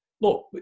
look